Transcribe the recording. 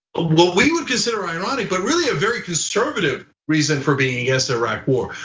what we would consider ironic, but really a very conservative reason for being against the iraq war.